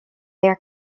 their